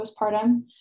postpartum